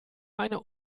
eine